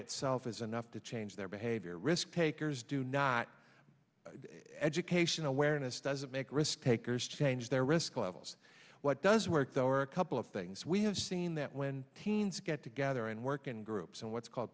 itself is enough to change their behavior risk takers do not education awareness doesn't make risk takers change their risk levels what does work though are a couple of things we have seen that when teens get together and work in groups and what's called